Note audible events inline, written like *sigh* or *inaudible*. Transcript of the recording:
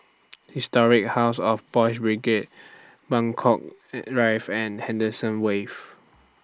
Historic House of Boys' Brigade Buangkok *hesitation* rife and Henderson Wave